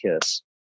kiss